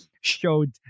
showed